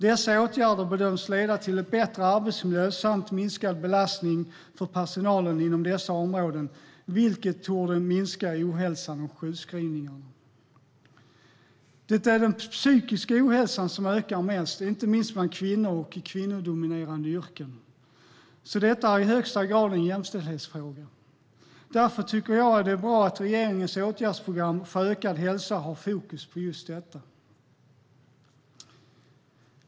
Dessa åtgärder bedöms leda till en bättre arbetsmiljö samt minskad belastning för personalen inom dessa områden, vilket torde minska ohälsan och sjukskrivningarna. Det är den psykiska ohälsan som ökar mest, inte minst bland kvinnor och i kvinnodominerade yrken. Detta är i högsta grad en jämställdhetsfråga. Därför tycker jag att det är bra att regeringens åtgärdsprogram för ökad hälsa har fokus på just detta.